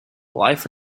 life